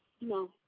No